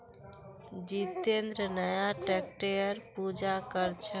जितेंद्र नया ट्रैक्टरेर पूजा कर छ